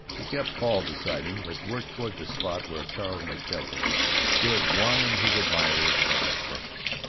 he kept paul beside him, but worked toward the spot where charles mckelvey stood warming his admirers like a furnace.